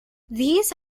these